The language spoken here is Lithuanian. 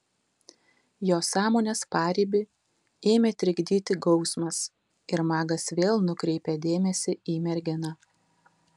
jo sąmonės paribį ėmė trikdyti gausmas ir magas vėl nukreipė dėmesį į merginą